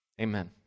Amen